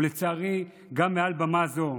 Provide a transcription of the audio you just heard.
ולצערי גם מעל במה זו.